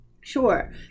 Sure